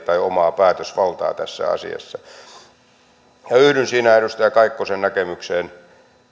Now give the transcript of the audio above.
tai omaa päätösvaltaa tässä asiassa minä yhdyn edustaja kaikkosen näkemykseen